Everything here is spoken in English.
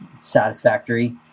satisfactory